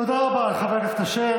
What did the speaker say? תודה רבה, חבר הכנסת אשר.